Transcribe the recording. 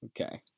okay